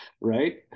Right